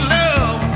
love